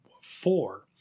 four